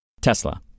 Tesla